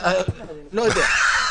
לא יודע.